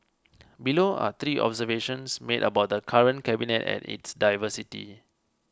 below are three observations made about the current cabinet and its diversity